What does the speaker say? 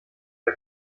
bei